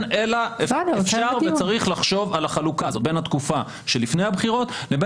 אלא אפשר וצריך לחשוב על החלוקה הזאת בין התקופה שלפני הבחירות לבין